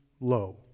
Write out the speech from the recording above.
low